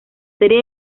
serie